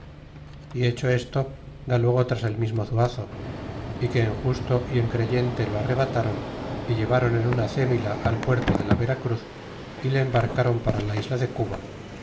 y hecho esto da luego tras el mismo zuazo y que en justo y en creyente lo arrebatron y llevron en una acémila al puerto de la vera cruz y le embarcron para la isla de cuba